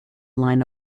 line